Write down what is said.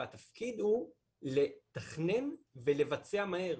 התפקיד הוא לתכנן ולבצע מהר.